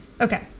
Okay